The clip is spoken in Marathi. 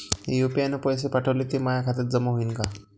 यू.पी.आय न पैसे पाठवले, ते माया खात्यात जमा होईन का?